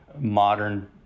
modern